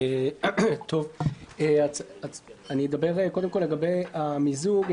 אני אדבר קודם כל לגבי המיזוג.